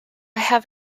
have